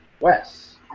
Wes